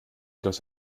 etwas